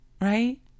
right